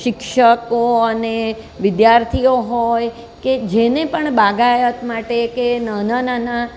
શિક્ષકો અને વિદ્યાર્થીઓ હોય કે જેને પણ બાગાયત માટે કે નાના નાના